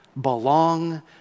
belong